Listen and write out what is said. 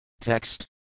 Text